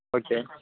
okay